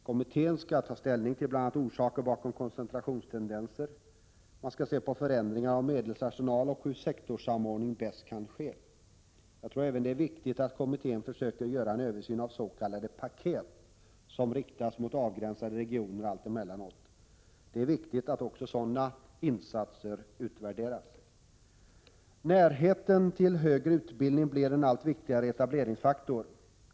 Kommittén skall ta ställning till bl.a. orsaker bakom koncentrationstendenser, förändringar av medelsarsenaler och hur sektorssamordning bäst kan ske. Det är även viktigt att kommittén försöker göra en översyn av s.k. paket som alltemellanåt riktas mot avgränsade regioner. Det är viktigt att också sådana insatser utvärderas. Närheten till högre utbildning blir en allt viktigare etableringsfaktor.